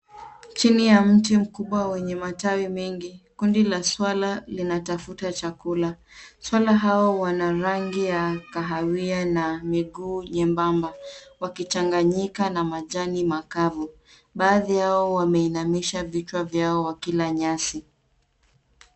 Chini ya mti mkubwa wenye matawi mengi, kundi la swara linatafuta chakula. Swara hao wana rangi ya kahawia na miguu nyembamba wakichanganyika na majani makavu. Baadhi yao wameinamisha vichwa vyao wakila nyasi.